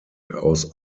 aus